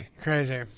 Crazy